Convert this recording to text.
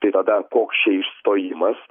tai tada koks čia išstojimas